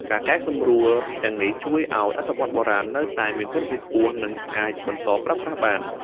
ការកែសម្រួលទាំងនេះជួយឱ្យអត្ថបទបុរាណនៅតែមានគុណភាពខ្ពស់ និងអាចបន្តប្រើប្រាស់បាន។